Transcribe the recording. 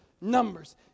Numbers